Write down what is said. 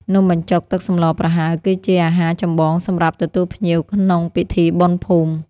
នំបញ្ចុកទឹកសម្លប្រហើរ គឺជាអាហារចម្បងសម្រាប់ទទួលភ្ញៀវក្នុងពិធីបុណ្យភូមិ។